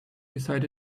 beside